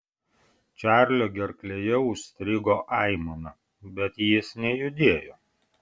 čarlio gerklėje užstrigo aimana bet jis nejudėjo